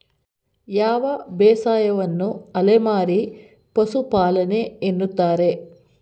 ಯಾವ ಬೇಸಾಯವನ್ನು ಅಲೆಮಾರಿ ಪಶುಪಾಲನೆ ಎನ್ನುತ್ತಾರೆ?